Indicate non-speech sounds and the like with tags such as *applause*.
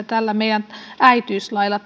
*unintelligible* tällä meidän äitiyslailla *unintelligible*